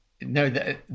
No